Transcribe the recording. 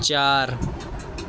چار